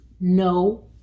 no